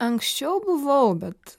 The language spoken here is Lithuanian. anksčiau buvau bet